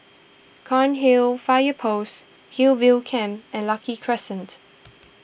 Cairnhill Fire Post Hillview Camp and Lucky Crescent